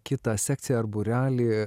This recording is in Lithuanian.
kitą sekciją ar būrelį